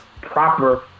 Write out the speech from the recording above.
proper